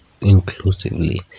inclusively